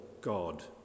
God